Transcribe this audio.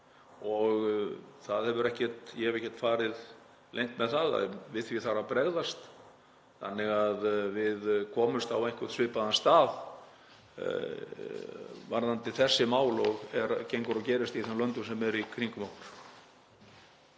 á öll okkar kerfi. Ég hef ekkert farið leynt með það að við því þarf að bregðast þannig að við komumst á einhvern svipaðan stað varðandi þessi mál og gengur og gerist í þeim löndum sem eru í kringum okkur.